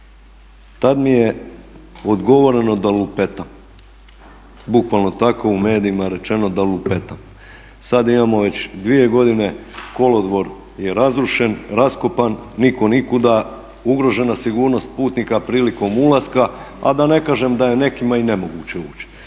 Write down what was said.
Tad mi je odgovoreno da lupetam. Bukvalno tako, u medijima je rečeno da lupetam. Sad imamo već dvije godine kolodvor je razrušen, raskopan, nitko nikuda, ugrožena sigurnost putnika prilikom ulaska a da ne kažem da je nekima i nemoguće ući.